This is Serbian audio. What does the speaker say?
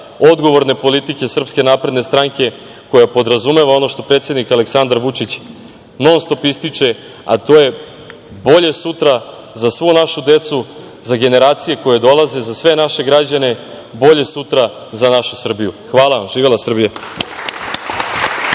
odgovorne politike Srpske napredne stranke, koja podrazumeva ono što predsednik Aleksandar Vučić non-stop ističe, a to je bolje sutra za svu našu decu, za generacije koje dolaze, za sve naše građane, bolje sutra za našu Srbiju. Hvala vam. Živela Srbija.